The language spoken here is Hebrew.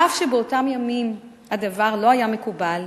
אף שבאותם ימים הדבר לא היה מקובל,